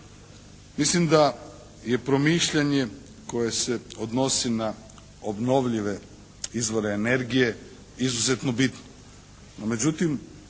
Mislim da je promišljanje koje se odnosi na obnovljive izvore energije izuzetno bitno,